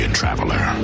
traveler